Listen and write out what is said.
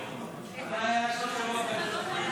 להבין,